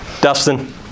Dustin